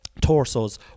torsos